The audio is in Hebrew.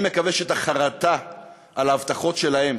אני מקווה שהחרטה על ההבטחות שלהם